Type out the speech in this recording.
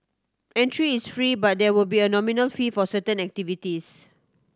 entry is free but there will be a nominal fee for certain activities